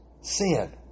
sin